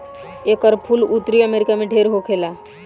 एकर फूल उत्तरी अमेरिका में ढेर होखेला